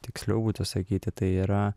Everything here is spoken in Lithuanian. tiksliau būtų sakyti tai yra